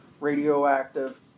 radioactive